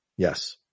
Yes